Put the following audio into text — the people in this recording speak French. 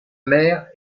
mère